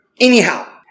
anyhow